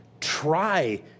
try